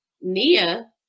Nia